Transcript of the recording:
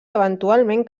eventualment